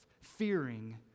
fearing